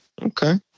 Okay